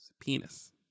penis